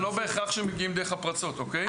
זה לא בהכרח שהם מגיעים דרך הפרצות אוקיי?